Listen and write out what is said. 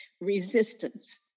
resistance